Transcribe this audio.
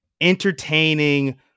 entertaining